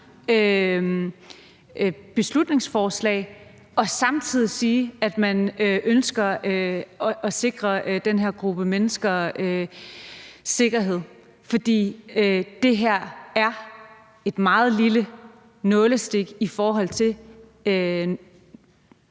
beslutningsforslag og samtidig sige, at man ønsker at sikre den her gruppe menneskers sikkerhed. For det her er et meget lille forslag, der faktisk